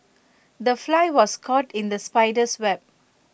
the fly was caught in the spider's web